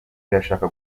irashaka